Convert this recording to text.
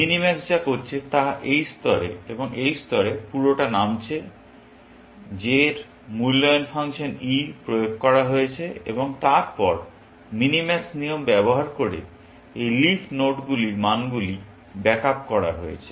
minimax যা করছে তা এই স্তরে এবং এই স্তরে পুরোটা নামছে j এর মূল্যায়ন ফাংশন e প্রয়োগ করা হয়েছে এবং তারপর মিনিম্যাক্স নিয়ম ব্যবহার করে এই লিফ নোডগুলির মানগুলি ব্যাক আপ করা হয়েছে